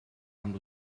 amb